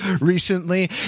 recently